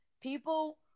People